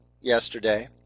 yesterday